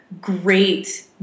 great